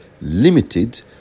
limited